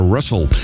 Russell